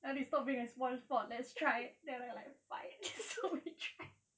nadi stop being a spoilsport let's try then I'm like fine so we try